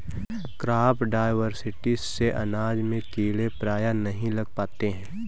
crop diversity से अनाज में कीड़े प्रायः नहीं लग पाते हैं